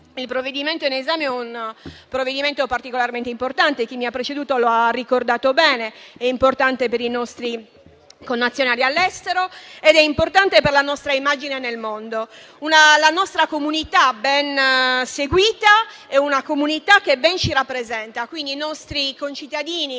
il provvedimento in esame è particolarmente importante. Come ha ricordato bene chi mi ha preceduto, è importante per i nostri connazionali all'estero ed è importante per la nostra immagine nel mondo. La nostra comunità, ben seguita, è una comunità che ben ci rappresenta. Quindi, i nostri concittadini